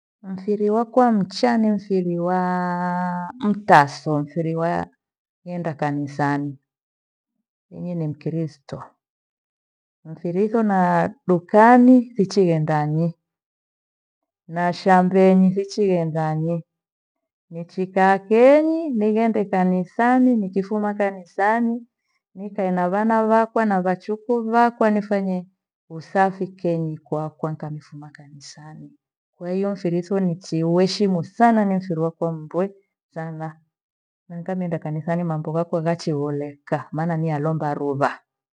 Mfiri wakwa mcha ni mfiri waa- mtaso mfiri wa enda kanisani. Mimi ni mkristu, mfiritho na dukani sichighendani na shambeni sichighendani. Nichikaa kenyi nighende kanisani nikifuma kanisani nikae na vana vakwa na vachukuu vakwa nifanyie usafi kenyi kakwa nikamifuma kanisani. Kwahiyo mfiritho nichiuheshimu sana ni mfiri wakwa mdwe sana, nighamenda kanisani mambo ghakwa ghachiuolekha maana mimi alomba ruva